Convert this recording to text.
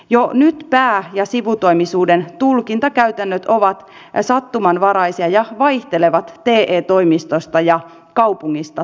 jo nyt pää ja sivutoimisuuden tulkintakäytännöt ovat sattumanvaraisia ja vaihtelevat te toimistosta ja kaupungista toiseen